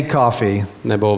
coffee